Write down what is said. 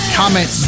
comment